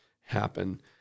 happen